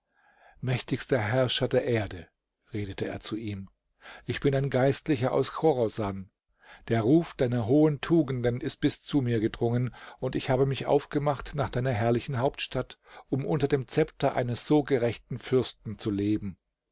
mächtigster herrscher der erde redete er zu ihm ich bin ein geistlicher aus chorasan der ruf deiner hohen tugenden ist bis zu mir gedrungen und ich habe mich aufgemacht nach deiner herrlichen hauptstadt um unter dem zepter eines so gerechten fürsten zu leben